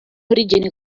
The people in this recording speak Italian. origine